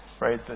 Right